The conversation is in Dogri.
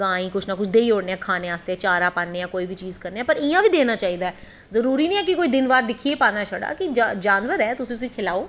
गां गी कुश ना कुश देई ओड़नें आं खाने बास्तै चारा दिन्ने आं जां कुश बी पर इयां बी देनां चाही दा ऐ जरूरी नी ऐ कि दिन बार दिक्खियै गै पाना ऐ जानवर ऐ तुस उसी खलाओ